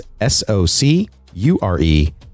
S-O-C-U-R-E